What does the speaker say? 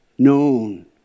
Known